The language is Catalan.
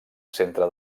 centre